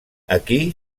aquí